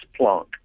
Planck